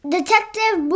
Detective